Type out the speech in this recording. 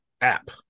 app